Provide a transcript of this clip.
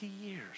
years